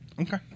Okay